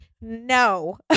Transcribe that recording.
no